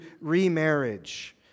remarriage